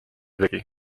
tegi